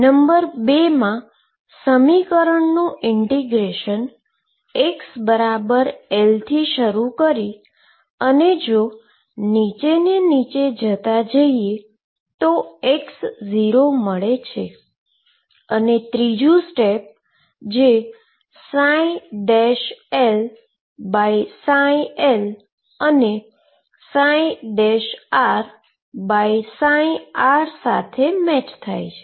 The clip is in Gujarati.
નંબર 2 માં સમીકરણનું ઈન્ટીગ્રેશન xL થી શરૂ કરી અને જો નીચે ને નીચે જતા જઈએ તો x0 મળે છે અને ત્રીજુ સ્ટેપ જે LL અને RR સાથે મેચ થાય છે